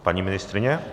Paní ministryně?